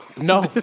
No